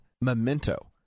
Memento